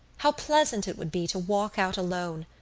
how pleasant it would be to walk out alone,